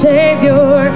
Savior